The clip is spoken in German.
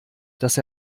dass